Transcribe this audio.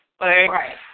Right